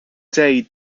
day